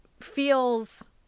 feels